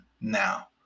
now